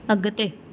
अॻिते